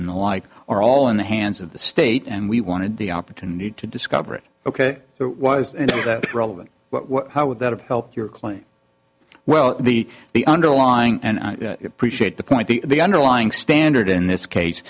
in the light or all in the hands of the state and we wanted the opportunity to discover it ok it was relevant how would that have helped your claim well the the underlying and appreciate the point the the underlying standard in this case